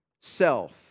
self